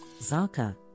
Zaka